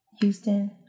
Houston